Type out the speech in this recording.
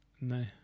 No